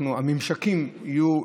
הממשקים יהיו,